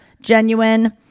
genuine